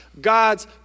God's